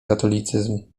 katolicyzm